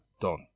done